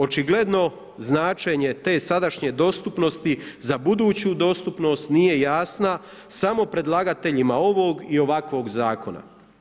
Očigledno značenje te sadašnje dostupnosti za buduću dostupnost nije jasna samo predlagateljima ovog i ovakvog zakona.